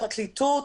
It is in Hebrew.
לפרקליטות,